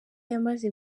yamaze